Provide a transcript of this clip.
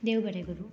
देव बरें करूं